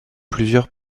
plusieurs